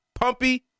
Pumpy